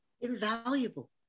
Invaluable